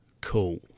cool